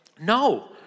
no